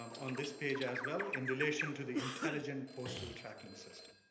um on this page as well in relation to the intelligent postal tracking system